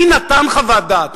מי נתן חוות דעת?